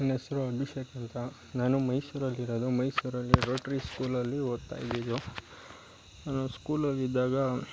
ನನ್ನ ಹೆಸ್ರು ಅಭಿಷೇಕ್ ಅಂತ ನಾನು ಮೈಸೂರಲ್ಲಿ ಇರೋದು ಮೈಸೂರಲ್ಲಿ ರೋಟ್ರಿ ಸ್ಕೂಲಲ್ಲಿ ಓದ್ತಾಯಿದ್ದಿದ್ದು ಸ್ಕೂಲಲ್ಲಿ ಇದ್ದಾಗ